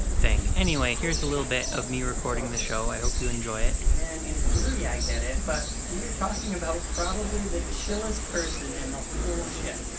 thing. anyway here's a little bit of me recording the show, i hope you enjoy it. man, in theory i get it, but we are talking about probably the chillest person in the whole ship.